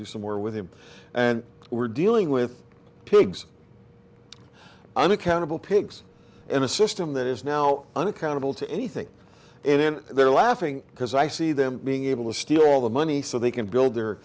do some more with him and we're dealing with pigs i'm accountable pigs in a system that is now unaccountable to anything and then they're laughing because i see them being able to steal all the money so they can build their